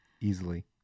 Easily